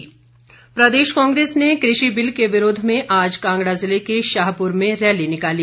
कांग्रेस प्रदेश कांग्रेस ने कृषि बिल के विरोध में आज कांगड़ा जिले के शाहपुर में रैली निकाली